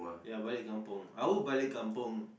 ya balik kampung I would balik kampung